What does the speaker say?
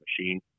machine